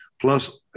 Plus